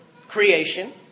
creation